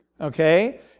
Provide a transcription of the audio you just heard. okay